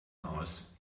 aus